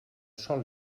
sol